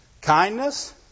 kindness